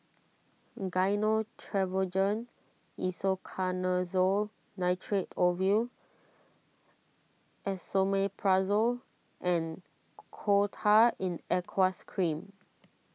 Gyno Travogen Isoconazole Nitrate Ovule Esomeprazole and Coal Tar in Aqueous Cream